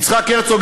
יצחק הרצוג,